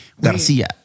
Garcia